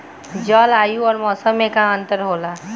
जलवायु और मौसम में का अंतर होला?